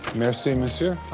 merci, monsieur.